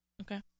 Okay